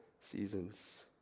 seasons